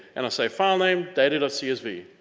and i'll say file name, data dot csv.